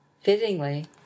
Fittingly